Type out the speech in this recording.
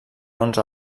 onze